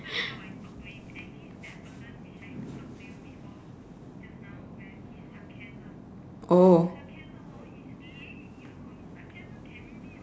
oh